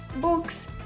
books